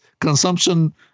consumption